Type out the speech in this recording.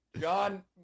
John